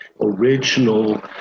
original